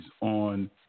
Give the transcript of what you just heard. on